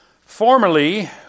Formerly